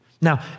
Now